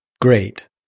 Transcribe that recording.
Great